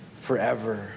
forever